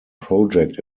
project